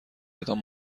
بدان